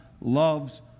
loves